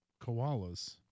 koalas